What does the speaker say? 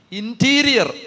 interior